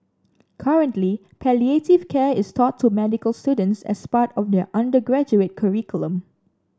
currently palliative care is taught to medical students as part of their undergraduate curriculum